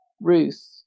Ruth